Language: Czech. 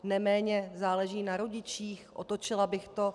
Neméně záleží na rodičích, otočila bych to.